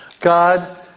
God